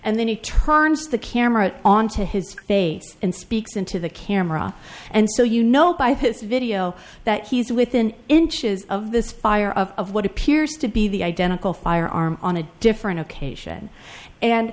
and then he turns the camera on to his face and speaks into the camera and so you know by his video that he is within inches of this fire of of what appears to be the identical firearm on a different occasion and